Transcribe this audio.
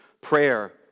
prayer